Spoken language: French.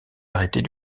arrêtés